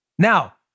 Now